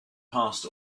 past